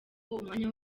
umwanya